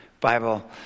Bible